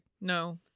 no